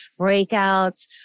breakouts